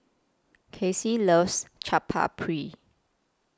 Kaycee loves Chaat Papri